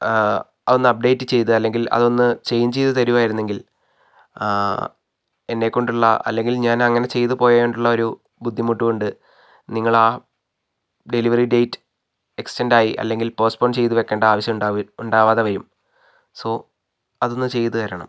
അതൊന്ന് അപ്ഡേറ്റ് ചെയ്ത് അല്ലെങ്കിൽ അതൊന്ന് ചേഞ്ച് ചെയ്ത് തരികയായിരുന്നെങ്കിൽ എന്നെക്കൊണ്ടുള്ള അല്ലെങ്കിൽ ഞാൻ അങ്ങനെ ചെയ്ത് പോയതുകൊണ്ടുള്ള ഒരു ബുദ്ധിമുട്ട് കൊണ്ട് നിങ്ങൾ ആ ഡെലിവറി ഡേറ്റ് എക്സ്റ്റെണ്ടായി അല്ലെങ്കിൽ പോസ്ടപോൺ ചെയ്ത് വെക്കേണ്ട ആവശ്യം ഉണ്ടായി ഉണ്ടാകാതെ വരും സോ അതൊന്ന് ചെയ്ത് തരണം